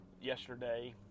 yesterday